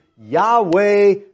Yahweh